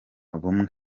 bumwe